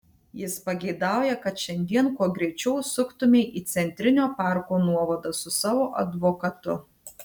jis pageidauja kad šiandien kuo greičiau užsuktumei į centrinio parko nuovadą su savo advokatu